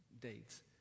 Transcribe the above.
dates